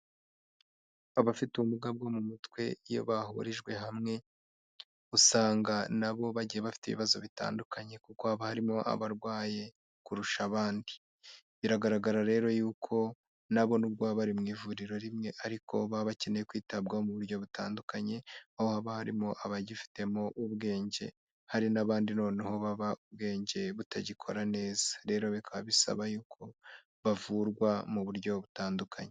Abafite ubumuga bwo mu mutwe iyo bahurijwe hamwe usanga nabo bagiye bafite ibibazo bitandukanye kuko haba harimo abarwaye kurusha abandi biragaragara rero yuko nabo nubwo baba bari mw’ivuriro rimwe ariko baba bakeneye kwitabwaho mu buryo butandukanye haba harimo abagifitemo ubwenge hari n'abandi noneho baba ubwenge butagikora neza rero bikaba bisaba yuko bavurwa mu buryo butandukanye.